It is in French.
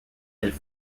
elles